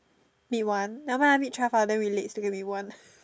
meet one nevermind ah meet twelve ah then we late still can meet one